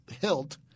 hilt